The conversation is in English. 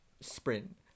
sprint